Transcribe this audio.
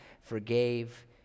forgave